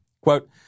Quote